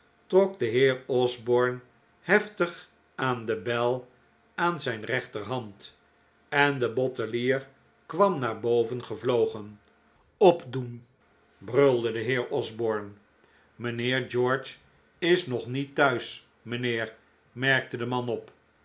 trok de heer osborne heftig aan de bel aan zijn rechterhand en de bottelier kwam naar boven gevlogen opdoen brulde de heer osborne mijnheer george is nog niet thuis mijnheer merkte de man op